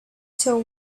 till